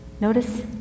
Notice